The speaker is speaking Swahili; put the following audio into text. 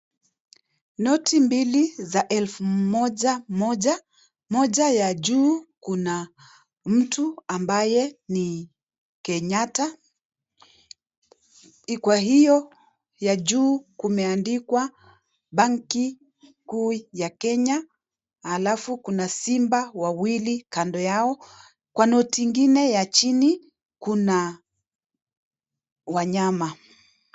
Noti mbili za elfu moja moja. Moja ya juu kuna mtu ambaye ni Kenyatta kwa hiyo ya juu kumeandikwa benki kuu ya Kenya, halafu kuna simba wawili kando yao. Kwa noti ingine ya chini kuna wanyama.